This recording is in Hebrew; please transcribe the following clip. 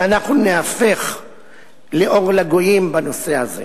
ואנחנו נהפוך לאור לגויים בנושא הזה.